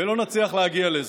ולא נצליח להגיע לזה.